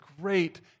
great